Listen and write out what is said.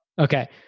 Okay